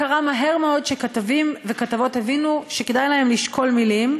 מאוד שכתבים וכתבות הבינו שכדאי להם לשקול מילים,